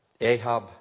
Ahab